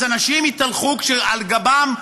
אז אנשים יתהלכו ועל גבם,